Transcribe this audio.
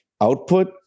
output